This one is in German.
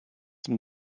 dem